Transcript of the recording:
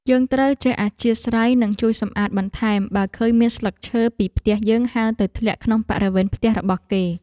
យើងត្រូវចេះអធ្យាស្រ័យនិងជួយសម្អាតបន្ថែមបើឃើញមានស្លឹកឈើពីផ្ទះយើងហើរទៅធ្លាក់ក្នុងបរិវេណផ្ទះរបស់គេ។